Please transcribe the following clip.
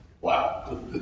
Wow